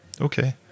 Okay